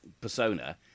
persona